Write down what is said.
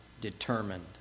determined